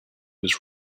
was